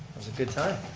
was a good time.